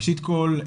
ראשית כל,